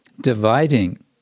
dividing